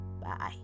Bye